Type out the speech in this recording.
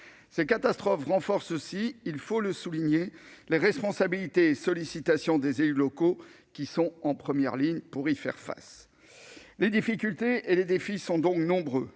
Ces catastrophes renforcent aussi, il faut le souligner, les responsabilités et sollicitations des élus locaux, qui sont en première ligne pour y faire face. Les difficultés et les défis sont donc nombreux.